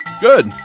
Good